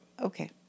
Okay